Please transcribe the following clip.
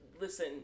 listen